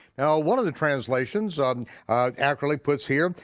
now, one of the translations um and accurately puts here,